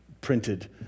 printed